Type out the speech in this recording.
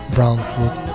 Brownwood